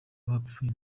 bapfuye